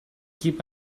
keep